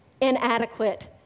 inadequate